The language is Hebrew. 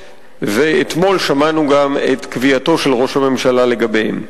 ואתמול שמענו גם את קביעתו של ראש הממשלה לגביהן.